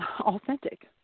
authentic